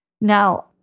Now